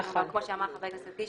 וכפי שאמר חבר הכנסת קיש,